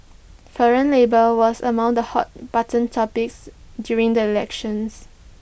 foreign labour was among the hot button topics during the elections